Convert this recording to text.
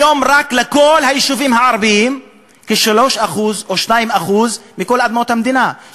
היום לכל היישובים הערביים יש רק כ-3% או 2% מכל אדמות המדינה,